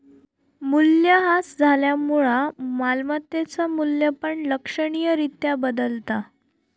मूल्यह्रास झाल्यामुळा मालमत्तेचा मू्ल्य पण लक्षणीय रित्या बदलता